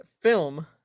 film